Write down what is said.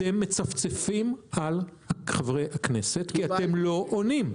אתם מצפצפים על חברי הכנסת כי אתם לא עונים.